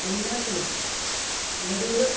എല്ലാത്തിലും ഓരോരോ